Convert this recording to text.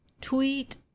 Tweet